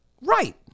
Right